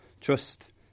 trust